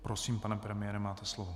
Prosím, pane premiére, máte slovo.